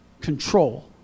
control